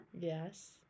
Yes